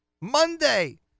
Monday